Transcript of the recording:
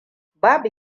babu